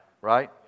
Right